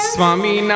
Swami